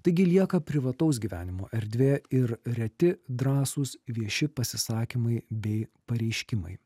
taigi lieka privataus gyvenimo erdvė ir reti drąsūs vieši pasisakymai bei pareiškimai